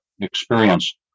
experience